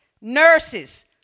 nurses